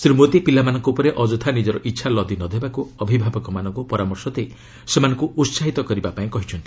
ଶ୍ରୀ ମୋଦି ପିଲାମାନଙ୍କ ଉପରେ ଅଯଥା ନିଜର ଇଚ୍ଛା ଲଦି ନ ଦେବାକୁ ଅଭିଭାବକମାନଙ୍କୁ ପରାମର୍ଶ ଦେଇ ସେମାନଙ୍କୁ ଉତ୍ସାହିତ କରିବା ପାଇଁ କହିଛନ୍ତି